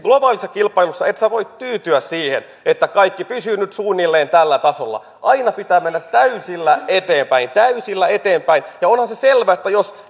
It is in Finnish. globaalissa kilpailussa ei voi tyytyä siihen että kaikki pysyy nyt suunnilleen tällä tasolla vaan aina pitää mennä täysillä eteenpäin täysillä eteenpäin onhan se selvä että jos